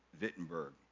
Wittenberg